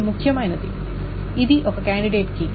ఇది ముఖ్యమైనది ఇది ఒక కాండిడేట్ కీ